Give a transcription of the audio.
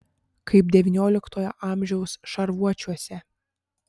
kaip devynioliktojo amžiaus šarvuočiuose